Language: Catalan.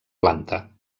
planta